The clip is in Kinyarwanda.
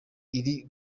iri